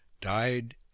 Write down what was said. died